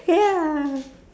ya